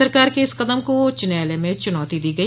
सरकार के इस कदम को उच्च न्यायालय में चुनौती दी गई